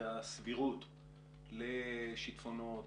והסבירות לשיטפונות,